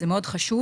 זה מאוד חשוב,